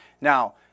Now